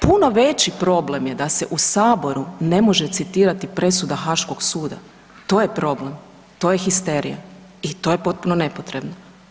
Puno veći problem je da se u Saboru ne može citirati presuda Haškog suda, to je problem, to je histerija i to je potrebno nepotrebno.